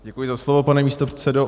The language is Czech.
Děkuji za slovo, pane místopředsedo.